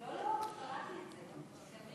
לא, לא, קראתי את זה.